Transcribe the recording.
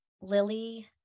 Lily